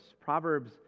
Proverbs